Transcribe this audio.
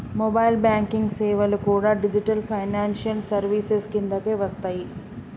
mobile banking సేవలు కూడా digital financial services కిందకే వస్తయ్యి